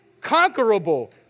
conquerable